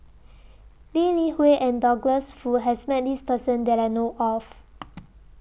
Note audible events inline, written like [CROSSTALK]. Lee Li Hui and Douglas Foo has Met This Person that I know of [NOISE]